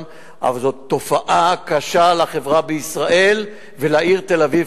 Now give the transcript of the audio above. אבל זאת תופעה קשה לחברה בישראל ולעיר תל-אביב.